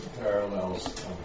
parallels